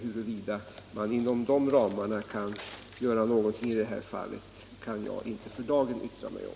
Huruvida man inom de ramarna kan göra någonting kan jag inte för dagen yttra mig om.